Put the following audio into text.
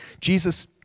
Jesus